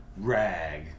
Rag